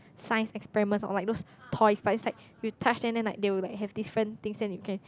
science experiments or like those toys but is like you touch then like they will like have different things then you can